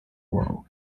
world